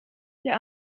der